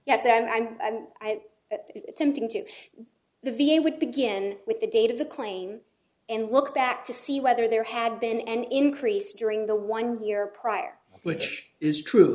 yes i'm i'm attempting to the v a would begin with the date of the claim and look back to see whether there had been an increase during the one year prior which is true